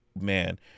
man